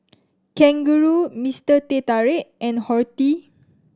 Kangaroo Mister Teh Tarik and Horti